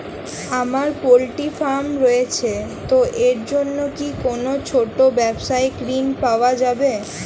আমার poultry farm রয়েছে তো এর জন্য কি কোনো ছোটো ব্যাবসায়িক ঋণ পাওয়া যাবে?